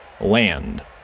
land